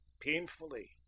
painfully